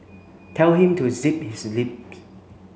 tell him to zip his lips